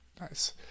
nice